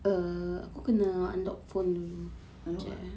unlock ah